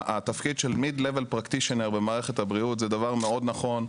התפקיד של Mid-level practitioner במערכת הבריאות זה דבר מאוד נכון,